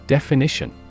Definition